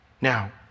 Now